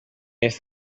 west